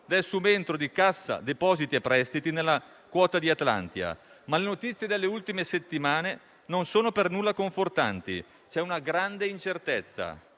del subentro di Cassa depositi e prestiti nella quota di Atlantia SpA, ma le notizie delle ultime settimane non sono per nulla confortanti: c'è una grande incertezza.